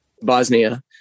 Bosnia